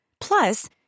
Plus